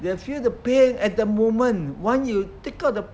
they feel the pain at the moment once you take out the